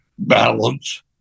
Balance